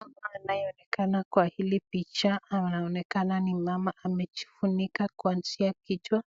Mama anaonekana kwa hili picha. Anaonekana ni mama amejifunika kuanzia kichwa.